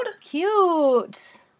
Cute